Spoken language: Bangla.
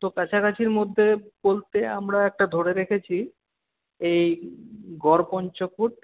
তো কাছাকাছির মধ্যে বলতে আমরা একটা ধরে রেখেছি এই গড়পঞ্চকোট